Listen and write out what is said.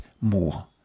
more